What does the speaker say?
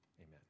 amen